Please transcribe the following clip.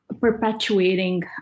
perpetuating